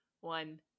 one